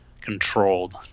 controlled